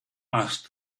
asked